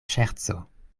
ŝerco